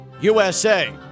usa